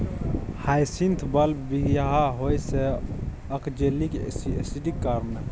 hyacinth bulb बिखाह होइ छै आक्जेलिक एसिडक कारणेँ